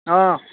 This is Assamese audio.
অঁ